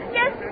yes